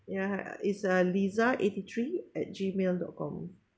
ya it's uh liza eighty three at gmail dot com